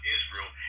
Israel